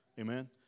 Amen